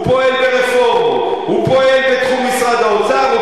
הוא פועל בתחום משרד האוצר,